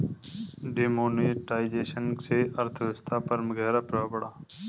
demonetisation से अर्थव्यवस्था पर ग़हरा प्रभाव पड़ा